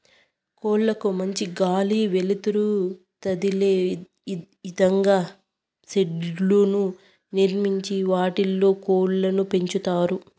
కోళ్ళ కు మంచి గాలి, వెలుతురు తదిలే ఇదంగా షెడ్లను నిర్మించి వాటిలో కోళ్ళను పెంచుతారు